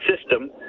system